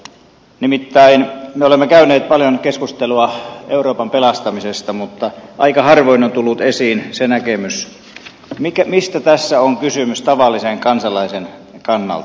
nimittäin me olemme käyneet paljon keskustelua euroopan pelastamisesta mutta aika harvoin on tullut esiin se näkemys mistä tässä on kysymys tavallisen kansalaisen kannalta